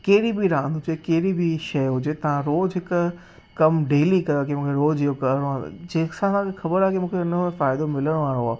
कहिड़ी बि रांदि हुजे कहिड़ी बि शइ हुजे तव्हां रोज़ु हिकु कमु डेली कयो कि मूंखे रोज़ु इहो करिणो आहे जंहिं सां तव्हांखे ख़बर आहे कि मूंखे हिन में फ़ाइदो मिलणु वारो आहे